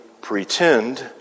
pretend